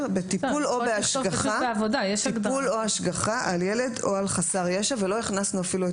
בטיפול או בהשגחה על ילד או על חסר ישע ואפילו לא הכנסנו את